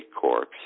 corpse